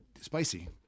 spicy